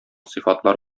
сыйфатлар